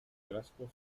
velasco